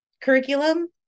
curriculum